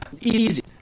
Easy